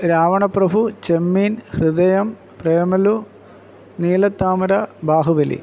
Ravanaprabhu Chemmeen Hridayam Premalu Neelathamara Baahubali